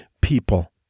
people